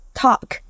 talk